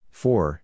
four